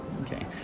Okay